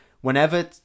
Whenever